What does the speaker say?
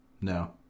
no